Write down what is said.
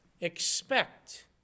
expect